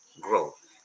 growth